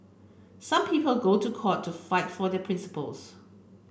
some people go to court to fight for their principles